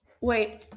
Wait